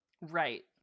Right